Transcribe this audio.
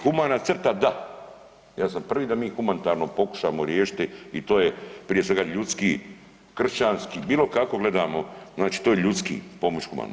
Humana crta da, ja sam prvi da mi humanitarno pokušamo riješiti i to je prije svega ljudski, kršćanski, bilo kako gledamo znači to je ljudski pomoći im.